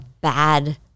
bad